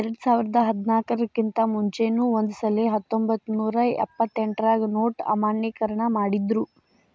ಎರ್ಡ್ಸಾವರ್ದಾ ಹದ್ನಾರರ್ ಕಿಂತಾ ಮುಂಚೆನೂ ಒಂದಸಲೆ ಹತ್ತೊಂಬತ್ನೂರಾ ಎಪ್ಪತ್ತೆಂಟ್ರಾಗ ನೊಟ್ ಅಮಾನ್ಯೇಕರಣ ಮಾಡಿದ್ರು